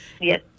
Yes